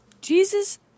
Jesus